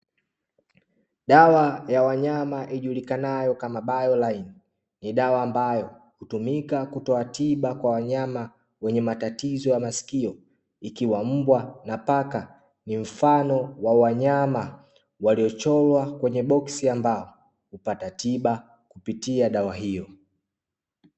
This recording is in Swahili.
Dawa ya wanyama ijulikanayo kama "BIOLINE", ni dawa ambayo hutumika kutoa tiba kwa wanyama wenye matatizo ya maskio. Ikiwa mbwa na paka ni mfano wa wanyama waliochorwa kwenye boksi ambalo hupata tiba kupitia dawa hiyo.